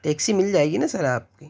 taxi مل جائے گی نا سر آپ کی